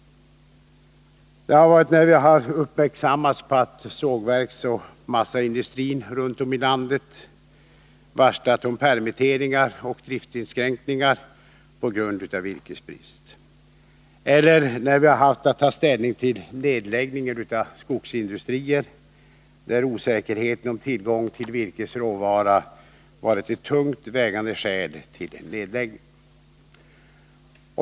Vi har haft anledning göra det då vi uppmärksammats på att sågverksoch massaindustrin runt om i landet varslat om permitteringar och driftinskränkningar på grund av virkesbrist och då vi har haft att ta ställning till nedläggningar av skogsindustrier, varvid osäkerheten om tillgång till virkesråvara varit ett tungt vägande skäl till nedläggning.